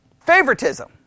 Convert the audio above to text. favoritism